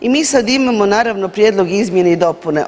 I mi sad imamo naravno prijedlog izmjene i dopune.